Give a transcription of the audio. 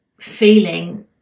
feeling